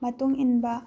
ꯃꯇꯨꯡ ꯏꯟꯕ